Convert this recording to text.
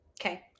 Okay